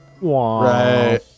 right